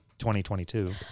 2022